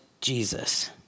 Jesus